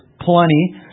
plenty